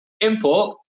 import